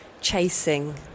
chasing